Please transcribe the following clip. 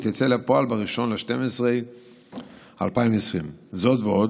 תצא לפועל ב-1 בדצמבר 2020. זאת ועוד,